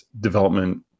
development